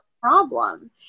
problem